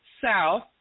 south